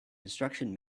instruction